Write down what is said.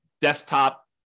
desktop